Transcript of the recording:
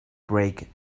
break